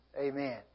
Amen